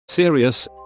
Serious